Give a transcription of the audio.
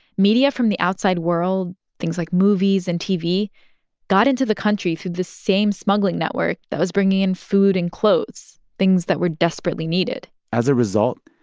media from the outside world things like movies and tv got into the country through the same smuggling network that was bringing in food and clothes, things that were desperately needed as a result,